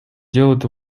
делает